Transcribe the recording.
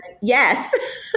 Yes